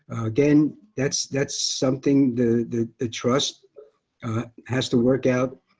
again, that's, that's something the the trust has to work out.